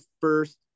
first